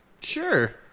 Sure